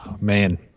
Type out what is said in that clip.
Man